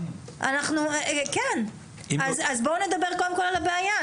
אז בואו נדבר קודם כל על הבעיה.